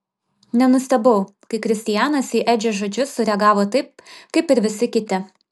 nenustebau kai kristianas į edžio žodžius sureagavo taip kaip ir visi kiti